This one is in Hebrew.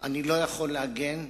אני לא יכול להגן,